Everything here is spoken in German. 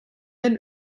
den